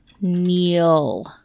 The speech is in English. neil